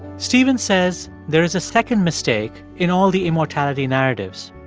stephen says there is a second mistake in all the immortality narratives.